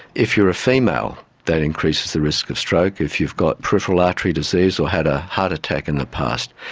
if you are a female, that increases the risk of stroke. if you've got peripheral artery disease or had a heart attack in the past,